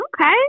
Okay